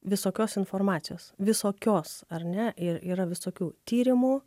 visokios informacijos visokios ar ne ir yra visokių tyrimų